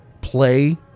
play